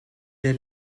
der